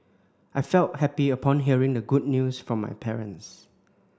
I felt happy upon hearing the good news from my parents